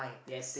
yes